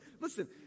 Listen